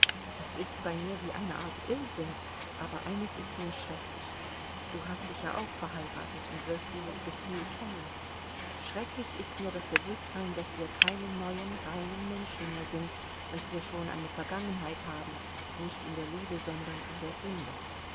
das ist bei mir wie eine art irrsinn aber eines ist mir schrecklich du hast dich ja auch verheiratet und wirst dieses gefühl kennen schrecklich ist mir das bewußtsein daß wir keine neuen reinen menschen mehr sind daß wir schon eine vergangenheit haben nicht in der liebe sondern in der sünde